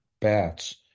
bats